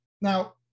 Now